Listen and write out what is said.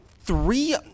three